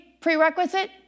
prerequisite